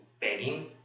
begging